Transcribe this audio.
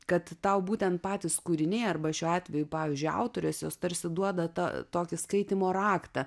kad tau būtent patys kūriniai arba šiuo atveju pavyzdžiui autorės jos tarsi duoda tą tokį skaitymo raktą